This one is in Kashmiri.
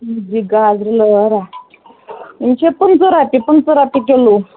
مُجہِ گازرِ لٲرہ یِم چِھ پٕنٛژٕ رۄپیہِ پٕنٛژٕ رۄپیہ ِکِلوٗ